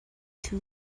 too